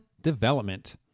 development